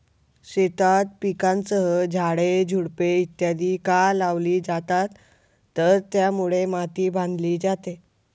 शेतात पिकांसह झाडे, झुडपे इत्यादि का लावली जातात तर त्यामुळे माती बांधली जाते